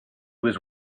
was